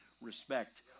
respect